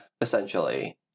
Essentially